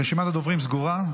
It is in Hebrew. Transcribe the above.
רשימת הדוברים סגורה.